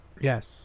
Yes